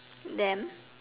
them